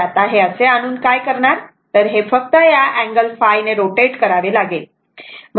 तर आता हे असे आणून काय करणार तर हे फक्त या अँगल ϕ ने रोटेट करावे लागेल